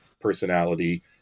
personality